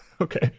okay